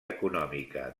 econòmica